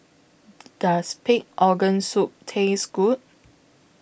Does Pig Organ Soup Taste Good